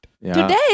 Today